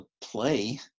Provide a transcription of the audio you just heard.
play